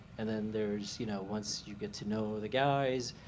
and then there's you know once you get to know the guys,